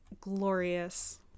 glorious